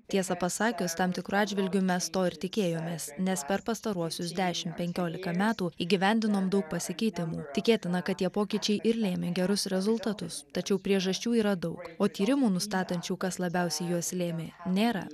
tiesa pasakius tam tikru atžvilgiu mes to ir tikėjomės nes per pastaruosius dešim penkiolika metų įgyvendinom daug pasikeitimų tikėtina kad tie pokyčiai ir lėmė gerus rezultatus tačiau priežasčių yra daug o tyrimų nustatančių kas labiausiai juos lėmė nėra